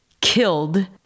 killed